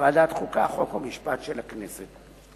בוועדת החוקה, חוק ומשפט של הכנסת.